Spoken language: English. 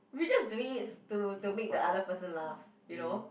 we just doing it to to make the other person laugh you know